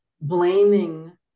blaming